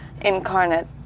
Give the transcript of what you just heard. incarnate